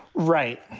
right?